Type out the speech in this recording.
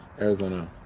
Arizona